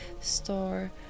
store